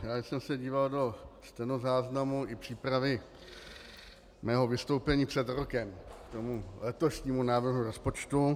Já jsem se díval do stenozáznamu i přípravy svého vystoupení před rokem k letošnímu návrhu rozpočtu.